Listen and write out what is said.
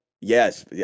yes